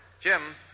Jim